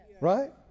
right